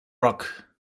rock